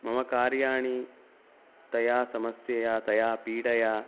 मम कार्याणि तया समस्यया तया पीडया